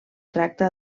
tracta